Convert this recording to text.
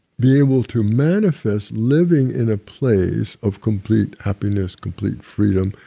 be able to manifest living in a place of complete happiness, complete freedom,